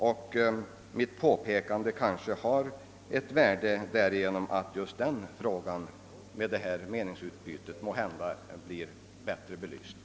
Mitt påpekande eller »utfall» har kanske haft ett värde därigenom att just den frågan nu blivit bättre belyst med detta meningsutbyte.